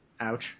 Ouch